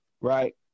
right